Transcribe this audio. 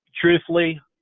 Truthfully